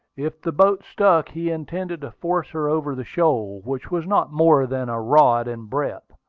if the boat stuck, he intended to force her over the shoal, which was not more than a rod in breadth.